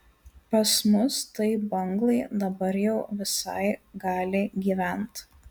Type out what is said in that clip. pas mus tai banglai dabar jau visai gali gyvent